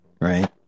right